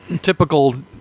Typical